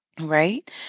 right